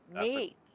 Neat